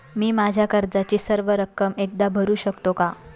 मी माझ्या कर्जाची सर्व रक्कम एकदा भरू शकतो का?